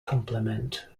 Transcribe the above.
complement